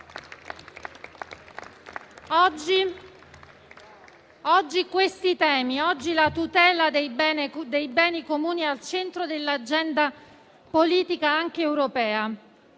con questi termi, la tutela dei beni comuni è al centro dell'agenda politica anche europea